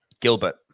Gilbert